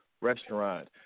restaurant